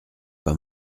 pas